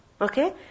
Okay